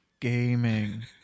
gaming